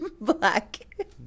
Black